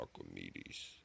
Archimedes